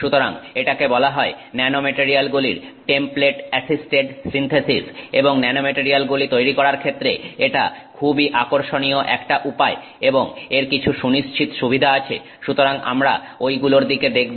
সুতরাং এটাকে বলা হয় ন্যানোমেটারিয়ালগুলির টেমপ্লেট অ্যাসিস্টেড সিন্থেসিস এবং ন্যানোমেটারিয়ালগুলি তৈরি করার ক্ষেত্রে এটা খুবই আকর্ষণীয় একটা উপায় এবং এর কিছু সুনিশ্চিত সুবিধা আছে সুতরাং আমরা ঐগুলোর দিকে দেখব